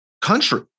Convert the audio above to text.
country